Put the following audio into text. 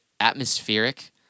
atmospheric